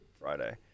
Friday